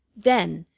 then,